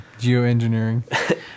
Geoengineering